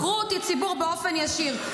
בחרו אותי הציבור באופן ישיר.